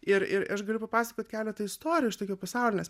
ir ir aš galiu papasakot keletą istorijų iš tokio pasaulinės